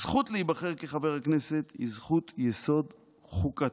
הזכות להיבחר כחבר כנסת היא זכות יסוד חוקתית,